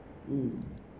mm